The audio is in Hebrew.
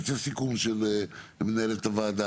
ייצא סיכום של מנהלת הוועדה.